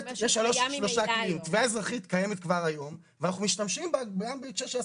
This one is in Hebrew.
התביעה האזרחית קיימת כבר היום ואנחנו משתמשים בה גם בהקשר של עסקים.